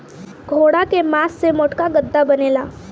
घोड़ा के मास से मोटका गद्दा बनेला